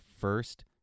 first